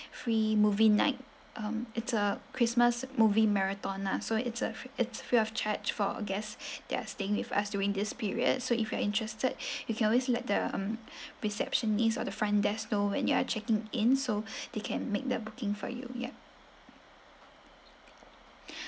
free movie night um it's a christmas movie marathon lah so it's a it's free of charge for guests that are staying with us during this period so if you're interested you can always let the um receptionist or the front desk know when you're checking in so they can make the booking for you yup